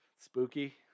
spooky